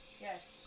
Yes